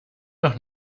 doch